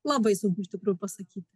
labai sunku iš tikrųjų pasakyti